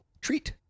treat